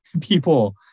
people